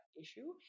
issue